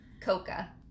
Coca